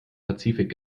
pazifik